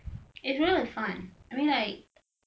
eh you know it's fun I mean like